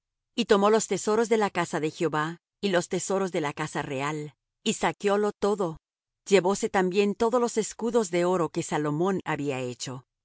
y tomó los tesoros de la casa de jehová y los tesoros de la casa real y saqueólo todo llevóse también todos los escudos de oro que salomón había hecho